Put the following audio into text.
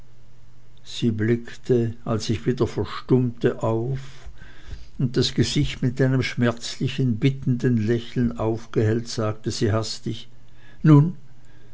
sie blickte als ich wieder verstummte auf und das gesicht mit einem schmerzlichen bittenden lächeln aufgehellt sagte sie hastig nun